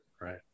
Right